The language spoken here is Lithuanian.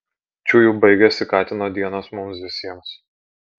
čiuju baigėsi katino dienos mums visiems